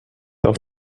auf